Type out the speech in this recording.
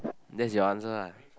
that's your answer